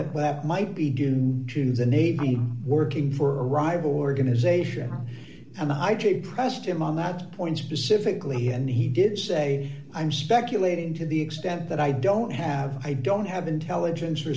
might be due to the navy working for a rival organization and i did pressed him on that point specifically and he did say i'm speculating to the extent that i don't have i don't have intelligence or